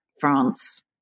France